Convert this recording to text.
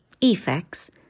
effects